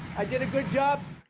i did a good job.